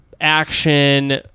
action